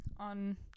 on